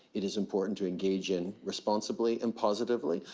it is important to engage and responsibly and positively,